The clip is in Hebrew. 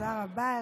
תודה רבה.